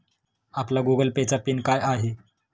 आपला Google Pay चा pin काय आहे?